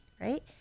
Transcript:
right